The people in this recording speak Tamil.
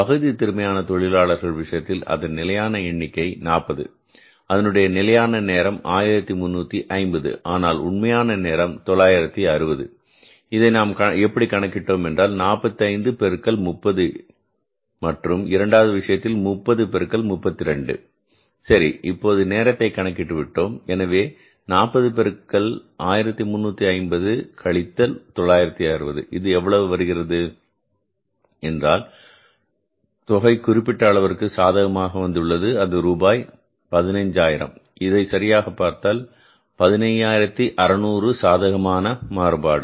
பகுதி திறமையான தொழிலாளர்கள் விஷயத்தில் அதன் நிலையான எண்ணிக்கை 40 அதனுடைய நிலையான நேரம் 1350 ஆனால் உண்மையான நேரம் 960 இதை நாம் எப்படி கணக்கிடடோம் என்றால் 45 பெருக்கல் 30 மற்றும் இரண்டாவது விஷயத்தில் 30 பெருக்கல் 32 சரி இப்போது நேரத்தை கணக்கிட்டு விட்டோம் எனவே 40 பெருக்கல் 1350 கழித்தல் 960 இது எவ்வளவு வருகிறது என்றால் தொகை குறிப்பிட்ட அளவிற்கு சாதகமாக வந்துள்ளது அது ரூபாய் 15000 இதை சரியாகப் பார்த்தால் 15600 சாதகமான மாறுபாடு